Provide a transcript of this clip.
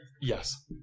Yes